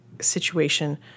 situation